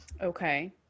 Okay